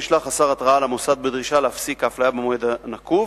ישלח השר התראה למוסד בדרישה להפסיק את האפליה במועד נקוב.